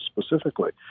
specifically